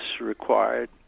required